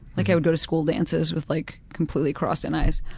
like i would go to school dances with like completely crossed and eyes.